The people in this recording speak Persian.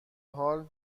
حال